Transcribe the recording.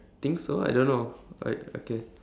think so I don't know right okay